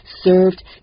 served